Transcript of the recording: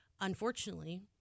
Unfortunately